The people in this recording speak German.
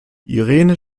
irene